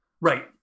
Right